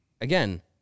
again